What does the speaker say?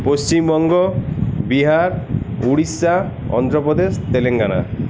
Paschimbanga Bihar Orissa Andhra Pradesh Telangana